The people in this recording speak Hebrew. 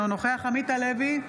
אינו נוכח עמית הלוי,